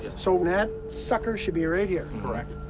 so that sucker should be right here. correct.